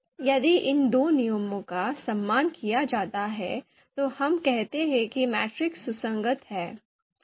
यदि इन दो नियमों का सम्मान किया जाता है तो हम कहते हैं कि मैट्रिक्स सुसंगत है